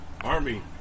army